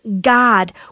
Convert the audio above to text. God